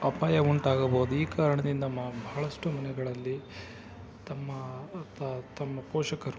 ಅಪಾಯ ಉಂಟಾಗಬೋದು ಈ ಕಾರಣದಿಂದ ಮ ಬಹಳಷ್ಟು ಮನೆಗಳಲ್ಲಿ ತಮ್ಮ ಪ ತಮ್ಮ ಪೋಷಕರು